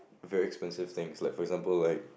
very expensive things like for example like